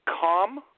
calm